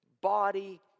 body